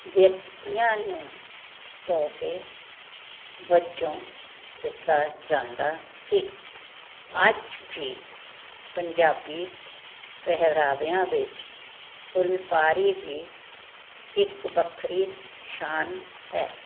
ਵਿਅਕਤੀਆਂ ਨੂੰ ਤੋਹਫੇ ਵਜੋਂ ਦਿੱਤਾ ਜਾਂਦਾ ਸੀ ਅੱਜ ਵੀ ਪੰਜਾਬੀ ਪਹਿਰਾਵਿਆਂ ਵਿੱਚ ਫੁੱਲਕਾਰੀ ਦੀ ਇੱਕ ਵੱਖਰੀ ਸ਼ਾਨ ਹੈ